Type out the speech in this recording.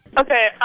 Okay